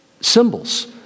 symbols